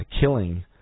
killing